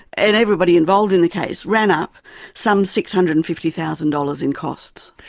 and everybody involved in the case ran up some six hundred and fifty thousand dollars in costs.